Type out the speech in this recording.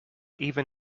even